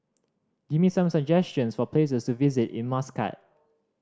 give me some suggestions for places to visit in Muscat